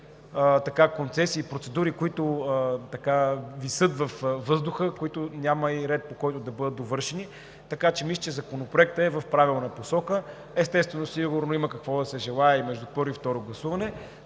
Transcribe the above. концесии и процедури, които висят във въздуха, за които няма и ред, по който да бъдат довършени. Така че мисля, че Законопроектът е в правилната посока. Естествено, сигурно има какво да се желае между първо и второ гласуване,